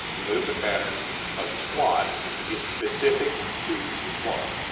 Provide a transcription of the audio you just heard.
the movement pattern of the squat is specific to the squat,